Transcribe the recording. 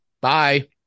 bye